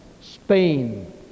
Spain